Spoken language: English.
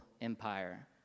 empire